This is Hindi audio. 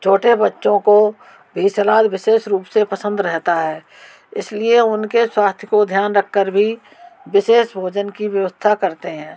छोटे बच्चों को भी सलाद विशेष रूप से पसंद रहता है इस लिए उनके स्वास्थ्य को ध्यान रख कर भी विशेष भोजन की व्यवस्था करते हैं